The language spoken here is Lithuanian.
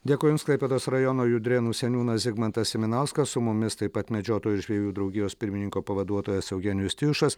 dėkui jums klaipėdos rajono judrėnų seniūnas zigmantas siminauskas su mumis taip pat medžiotojų ir žvejų draugijos pirmininko pavaduotojas eugenijus tijušas